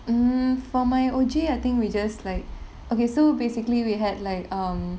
mm for my O_G I think we just like okay so basically we had like um